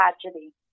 tragedy